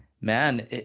man